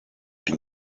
den